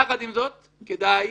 יחד עם זאת, כדאי,